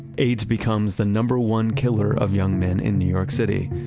aids becomes the number one killer of young men in new york city,